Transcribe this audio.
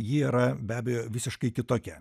ji yra be abejo visiškai kitokia